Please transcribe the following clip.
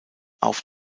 auf